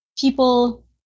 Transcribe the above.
people